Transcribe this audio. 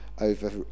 over